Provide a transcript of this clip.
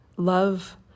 Love